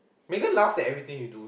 Megan laughs at everything you do